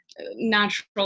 natural